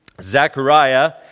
Zechariah